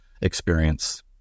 experience